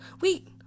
wait